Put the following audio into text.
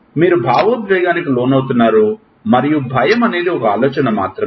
మీరు భావోద్వేగానికి లోనవుతున్నారు మరియు భయం అనేది ఒక ఆలోచన మాత్రమే